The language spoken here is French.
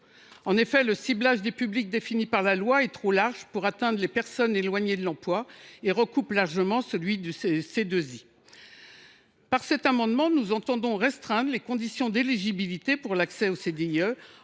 [En effet,] le ciblage des publics défini par la loi est trop large pour atteindre les personnes vraiment éloignées de l’emploi et recoupe largement celui des CDI intérimaires ». Par cet amendement, nous entendons restreindre les conditions d’éligibilité pour l’accès au CDIE,